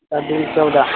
अजून चौदा